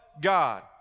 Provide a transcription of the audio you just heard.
God